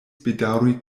bedaŭri